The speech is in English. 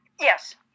Yes